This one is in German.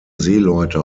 seeleute